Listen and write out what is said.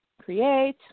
create